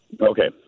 Okay